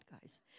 guys